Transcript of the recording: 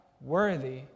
worthy